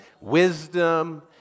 wisdom